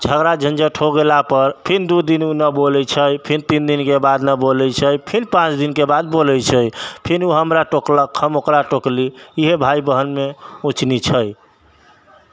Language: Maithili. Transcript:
झगड़ा झँझट हो गेलापर फेर दुइ दिन नहि उ बोलै छै फेर तीन दिनके बाद नहि बोलै छै फिर पाँच दिनके बाद बोलै छै फिर ओ हमरा टोकलक हम ओकरा टोकलियै यही भाय बहिनमे उँच नीच है